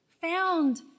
found